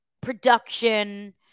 production